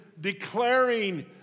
declaring